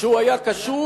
שהוא היה קשוב.